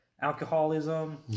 Alcoholism